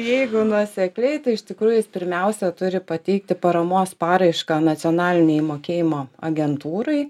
jeigu nuosekliai tai iš tikrųjų jis pirmiausia turi pateikti paramos paraišką nacionalinei mokėjimo agentūrai